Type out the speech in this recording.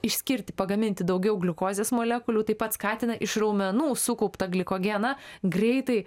išskirti pagaminti daugiau gliukozės molekulių taip pat skatina iš raumenų sukauptą glikogeną greitai